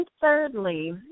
thirdly